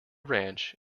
ranch